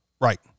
Right